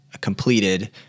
completed